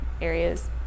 areas